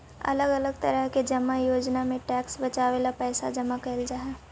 अलग अलग तरह के जमा योजना में टैक्स बचावे ला पैसा जमा कैल जा हई